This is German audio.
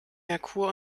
merkur